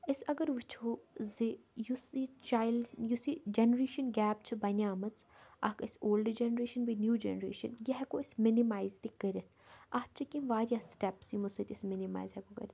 أسۍ اگر وٕچھو زِ یُس یہِ چایلڈ یُس یہِ جَنریشَن گیپ چھِ بَنیمٕژ اَکھ أسۍ اولڈٕ جَنریشَن بیٚیہِ نِو جَنریشَن یہِ ہٮ۪کو أسۍ مِنِمایز تہِ کٔرِتھ اَتھ چھِ کینٛہہ واریاہ سِٹیٚپٕس یِمو سۭتۍ أسۍ مِنِمایز ہٮ۪کو کٔرِتھ